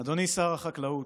אדוני שר החקלאות,